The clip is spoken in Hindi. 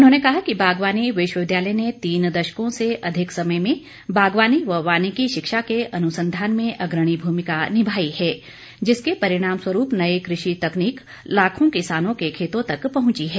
उन्होंने कहा कि बागवानी विश्वविद्यालय ने तीन दशकों से अधिक समय में बागवानी व वानिकी शिक्षा के अनुसंधान में अग्रणी भूमिका निभाई है जिसके परिणामस्वरूप नई कृषि तकनीक लाखों किसानों के खेतों तक पहुंची है